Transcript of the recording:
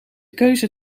keuze